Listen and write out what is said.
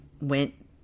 went